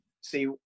see